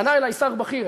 פנה אלי שר בכיר,